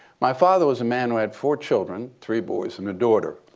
my father was a man who had four children three boys and a daughter.